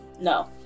No